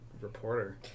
reporter